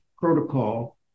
protocol